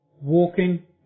walking